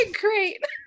great